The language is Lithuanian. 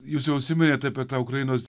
jūs jau užsiminėt apie tą ukrainos